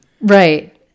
right